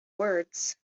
words